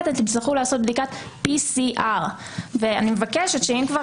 אלא תצטרכו לעשות בדיקת PCR. אני מבקשת שאם כבר